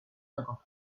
cinquante